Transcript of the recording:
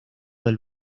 del